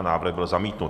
Návrh byl zamítnut.